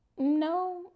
no